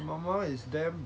毛毛 is damn